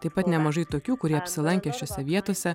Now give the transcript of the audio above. taip pat nemažai tokių kurie apsilankę šiose vietose